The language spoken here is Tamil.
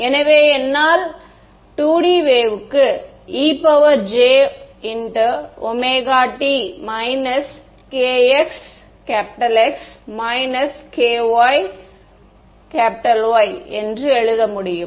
எனவே என்னால் இந்த 2D வேவ்க்கு e jωt-kXx-kYy என்று எழுத முடியும்